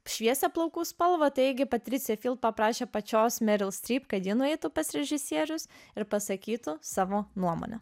šviesią plaukų spalvą taigi patricija paprašė pačios kad ji nueitų pas režisierius ir pasakytų savo nuomonę